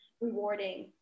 Rewarding